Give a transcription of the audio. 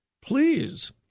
please